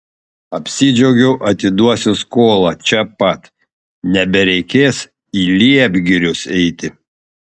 apsidžiaugiau atiduosiu skolą čia pat nebereikės į liepgirius eiti